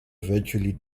virtually